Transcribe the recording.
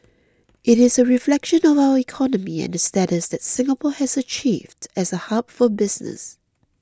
it is a reflection of our economy and the status that Singapore has achieved as a hub for business